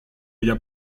olla